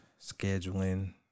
scheduling